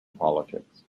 politics